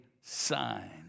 sign